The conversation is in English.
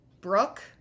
brooke